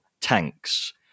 Tanks